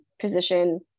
position